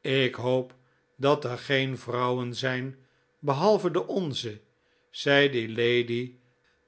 ik hoop dat er geen vrouwen zijn behalve de qnze zeide lady